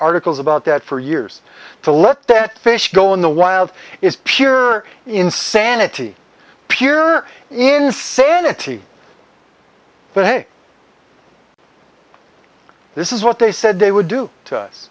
articles about that for years to let that fish go in the wild is pure insanity pure insanity but hey this is what they said they would do to us